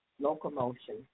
locomotion